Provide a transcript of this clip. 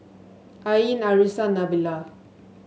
Ain Arissa Nabila